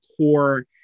core